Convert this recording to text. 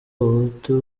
abahutu